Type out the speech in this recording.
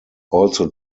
also